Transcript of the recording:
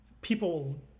people